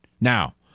Now